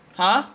ha